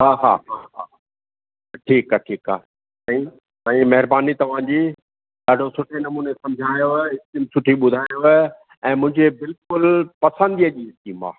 हा हा हा हा ठीक आहे ठीक आहे साईं तव्हांजी महिरबानी तव्हां जी ॾाढो सुठे नमूने सम्झाइव स्कीम सुठी ॿुधायव ऐं मुंहिंजी बिल्कुलु पसंदि जी स्कीम आहे